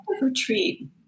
retreat